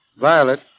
Violet